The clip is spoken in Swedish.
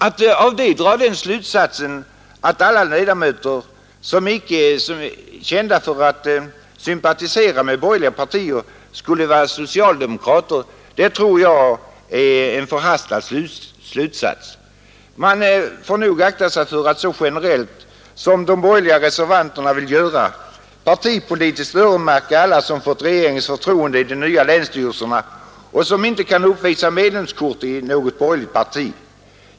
Att därav dra den slutsatsen att de ledamöter som är kända för att icke sympatisera med borgerliga partier skulle vara socialdemokrater, tror jag är förhastat. Man får nog akta sig för att så generellt som de borgerliga reservanterna gör partipolitiskt öronmärka alla som fått regeringens förtroende i de nya länsstyrelserna och som inte kan uppvisa medlemskort i något borgerligt parti.